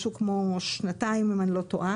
משהו כמו שנתיים אם אני לא טועה,